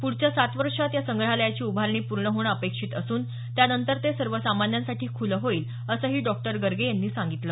पुढच्या पाच वर्षांत या संग्रहालयाची उभारणी पूर्ण होणं अपेक्षित असून त्यानंतर ते सर्वसामान्यांसाठी खूलं होईल असंही डॉ गर्गे यांनी सांगितलं